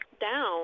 down